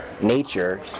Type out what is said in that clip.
nature